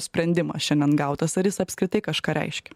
sprendimas šiandien gautas ar jis apskritai kažką reiškia